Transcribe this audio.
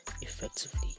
effectively